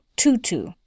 Tutu